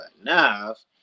enough